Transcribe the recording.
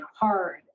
hard